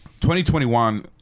2021